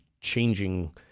changing